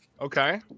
okay